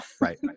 Right